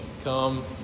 come